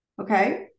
Okay